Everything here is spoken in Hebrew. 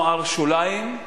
נוער שוליים,